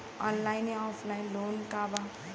Online या offline loan का बा?